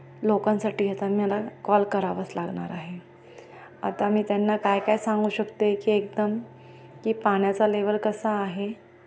लोकांसाठी आता मी मला कॉल करावंच लागणार आहे आता मी त्यांना काय काय सांगू शकते की एकदम की पाण्याचा लेवल कसा आहे